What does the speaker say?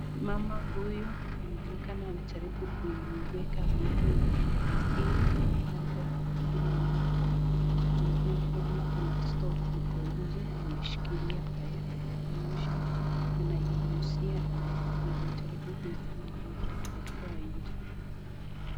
Mama huyu anaonekana anajaribu kuiweka moto izime, anajaribu kuzima moto, tunavyo ona kuna stovu iko inje amwshikilia fire extinguisher , ananyunyuzia anajaribu kuizima moto ametoa nje.